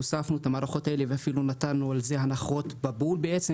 הוספנו את המערכות האלה ואפילו נתנו על זה הנחות --- בעצם,